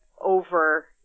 over